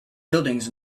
buildings